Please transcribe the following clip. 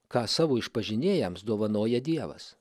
ką savo išpažinėjams dovanoja dievas